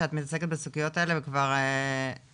שאת מתעסקת בסוגיות האלה וגם נתקלנו